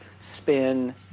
Spin